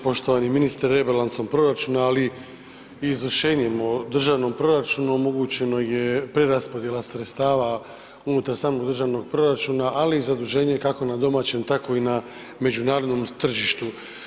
Poštovani ministre, rebalansom proračuna, ali i izvršenjem o Državnom proračunu omogućeno je preraspodjela sredstava unutar samog Državnog proračuna, ali i zadužene, kako na domaćem, tako i na međunarodnom tržištu.